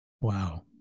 Wow